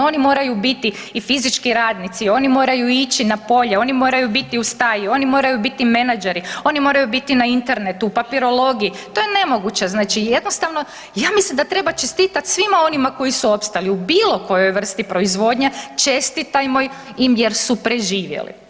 Oni moraju biti i fizički radnici, oni moraju ići na polje, oni moraju biti u staji, oni moraju biti menadžeri, oni moraju biti na internetu, papirologiji, to je nemoguće, znači jednostavno, ja mislim da treba čestitati svima onima koji su opstali, u bilo kojoj vrsti proizvodnje, čestitajmo im jer su preživjeli.